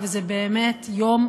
וזה באמת יום